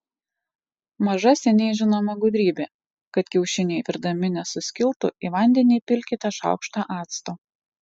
maža seniai žinoma gudrybė kad kiaušiniai virdami nesuskiltų į vandenį įpilkite šaukštą acto